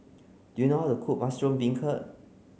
do you know how to cook mushroom beancurd